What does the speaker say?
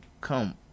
Come